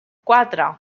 quatre